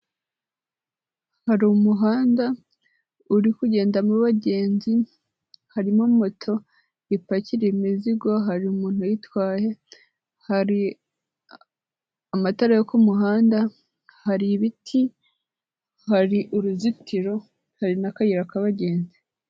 Hari umuhanda uri kugendamo abagenzi, harimo moto ipakira imizigo, hari umuntu uyitwaye, hari amatara yo ku muhanda, hari ibiti, hari uruzitiro, hari n'akayira k'abagenzi.